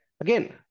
again